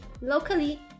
locally